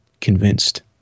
convinced